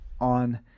on